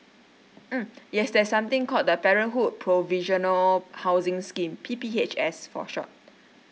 mm yes there's something called the parenthood provisional housing scheme P_P_H_S for short